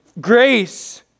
Grace